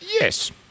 Yes